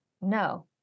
no